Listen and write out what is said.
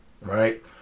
right